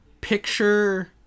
picture